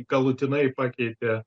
galutinai pakeitė